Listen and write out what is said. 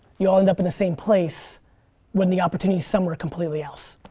you all end up in the same place when the opportunity's somewhere completely else.